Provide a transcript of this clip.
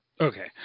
Okay